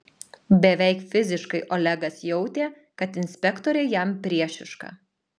beveik fiziškai olegas jautė kad inspektorė jam priešiška